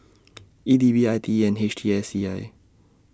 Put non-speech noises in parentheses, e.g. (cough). (noise) E D B I T E and H T S C I